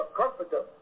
comforter